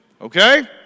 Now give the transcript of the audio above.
Okay